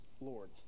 Lord